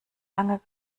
lange